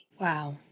Wow